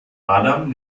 adam